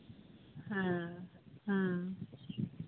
ᱦᱮᱸ ᱦᱮᱸ